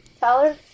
Tyler